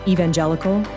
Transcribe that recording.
Evangelical